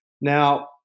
Now